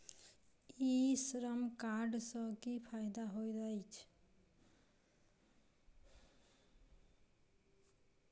ई श्रम कार्ड सँ की फायदा होइत अछि?